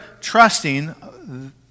trusting